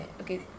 okay